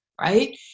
right